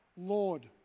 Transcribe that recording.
Lord